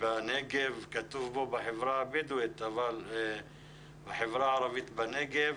בנגב - כתוב כאן בחברה הבדואית אבל מדובר בחברה הערבית בנגב